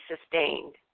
sustained